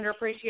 underappreciated